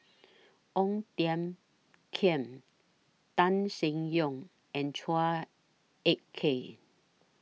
Ong Tiong Khiam Tan Seng Yong and Chua Ek Kay